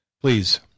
please